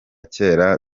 kera